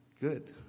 good